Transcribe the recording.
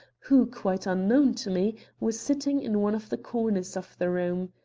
who, quite unknown to me, was sitting in one of the corners of the room.